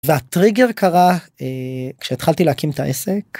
‫והטריגר קרה כשהתחלתי להקים ‫את העסק.